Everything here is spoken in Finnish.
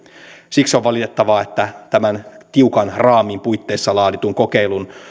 siksi on valitettavaa että tämän tiukan raamin puitteissa laaditun kokeilun